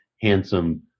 handsome